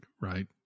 right